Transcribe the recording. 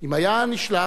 אם היה נשלח